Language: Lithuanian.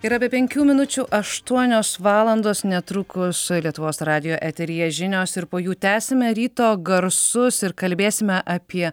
yra be penkių minučių aštuonios valandos netrukus lietuvos radijo eteryje žinios ir po jų tęsime ryto garsus ir kalbėsime apie